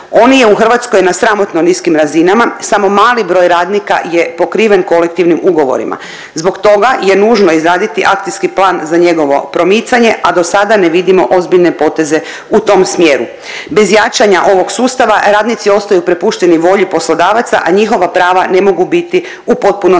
On je u Hrvatskoj na sramotno niskim razinama, samo mali broj radnika je pokriven kolektivnim ugovorima. Zbog toga je nužno izraditi akcijski plan za njegovo promicanje, a do sada ne vidimo ozbiljne poteze u tom smjeru. Bez jačanja ovog sustava, radnici ostaju prepušteni volji poslodavaca, a njihova prava ne mogu biti u potpunosti